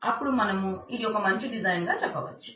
అపుడు మనం ఇది ఒక మంచి డిజైన్ గా చెప్పవచ్చు